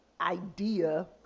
idea